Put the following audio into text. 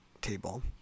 table